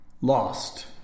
lost